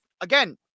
again